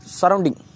surrounding